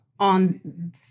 on